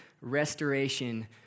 restoration